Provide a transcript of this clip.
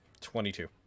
twenty-two